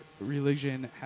religion